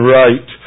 right